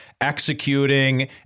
executing